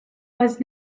was